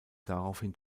daraufhin